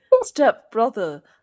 stepbrother